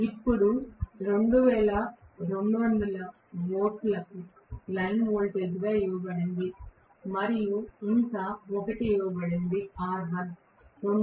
ఇప్పుడు 2200 వోల్ట్లను line voltage గా ఇవ్వబడింది మరియు ఇంకా 1 ఇవ్వబడినవి R1 2